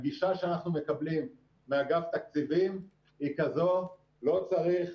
הגישה שאנחנו מקבלים מאגף תקציבים היא כזו: לא צריך,